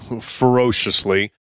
ferociously